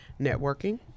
networking